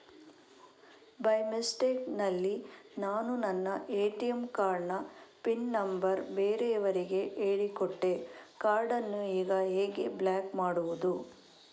By mistake ನಲ್ಲಿ ನಾನು ನನ್ನ ಎ.ಟಿ.ಎಂ ಕಾರ್ಡ್ ನ ಪಿನ್ ನಂಬರ್ ಬೇರೆಯವರಿಗೆ ಹೇಳಿಕೊಟ್ಟೆ ಕಾರ್ಡನ್ನು ಈಗ ಹೇಗೆ ಬ್ಲಾಕ್ ಮಾಡುವುದು?